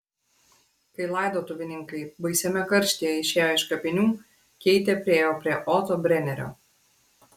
kai laidotuvininkai baisiame karštyje išėjo iš kapinių keitė priėjo prie oto brenerio